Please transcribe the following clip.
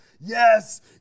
Yes